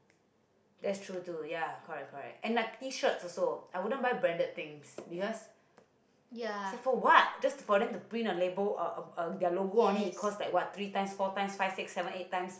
ya yes